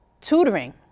tutoring